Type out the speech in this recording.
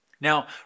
Now